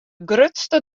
grutste